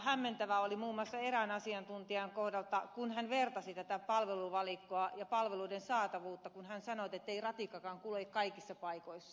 hämmentävää oli muun muassa erään asiantuntijan kohdalla kun hän vertasi tätä palveluvalikkoa ja palveluiden saatavuutta ja kun hän sanoi ettei ratikkakaan kulje kaikissa paikoissa